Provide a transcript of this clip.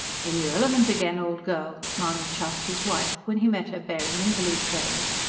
in your element again, old girl! mahony chaffed his wife, when he met her bearing invalid trays.